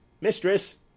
Mistress